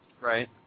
Right